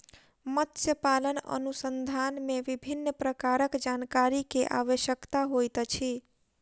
मत्स्य पालन अनुसंधान मे विभिन्न प्रकारक जानकारी के आवश्यकता होइत अछि